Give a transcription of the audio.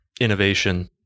innovation